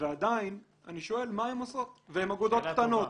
ועדיין אני שואל מה הן עושות והן אגודות קטנות,